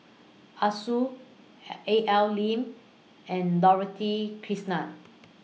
Arasu A L Lim and Dorothy Krishnan